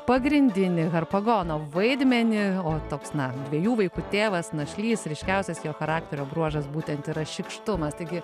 pagrindinį harpagono vaidmenį o toks na dviejų vaikų tėvas našlys ryškiausias jo charakterio bruožas būtent yra šykštumas taigi